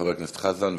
חבר הכנסת חזן,